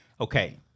Okay